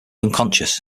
unconscious